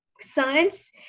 Science